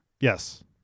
Yes